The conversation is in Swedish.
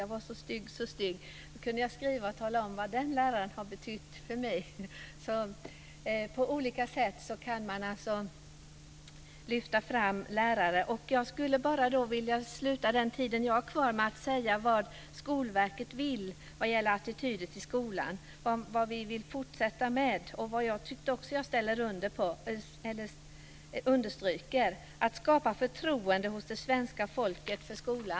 Jag var mycket stygg, men nu har jag kunnat skriva om vad den läraren har betytt för mig. Man kan på olika sätt lyfta fram läraren. Jag vill utnyttja min återstående talartid till att tala om vad Skolverket vill vad gäller attityder till skolan. Vad vill man fortsätta med och understryka i detta sammanhang? Man vill skapa förtroende från svenska folkets sida för skolan.